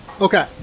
Okay